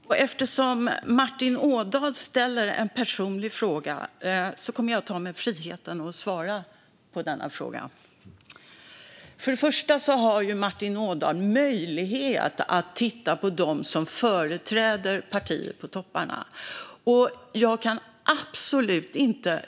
Herr talman! Eftersom Martin Ådahl ställer en personlig fråga tar jag mig friheten att svara på frågan. Först och främst har Martin Ådahl möjlighet att titta på dem som företräder partiet i toppen.